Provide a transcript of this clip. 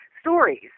stories